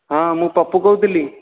ହଁ ମୁଁ ପପୁ କହୁଥିଲି